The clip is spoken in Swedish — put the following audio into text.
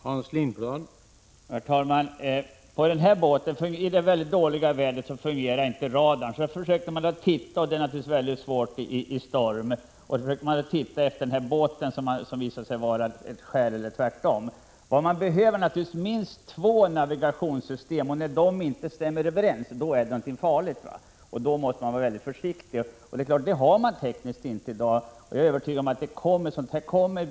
Herr talman! På den här båten fungerade inte radarn i det mycket dåliga väder som rådde. Då försökte man att titta, vilket naturligtvis är väldigt svårt i storm. Man försökte titta efter den båt som visade sig vara ett skär eller tvärtom. Vad man behöver är minst två navigationssystem. När de inte stämmer överens är det farligt, och då måste man vara mycket försiktig. Man har inte den tekniska utrustningen i dag, men jag är övertygad om att den kommer.